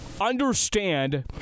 Understand